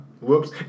Whoops